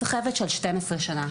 סחבת של 12 שנה.